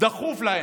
-- דחוף להם.